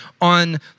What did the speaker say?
on